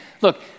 look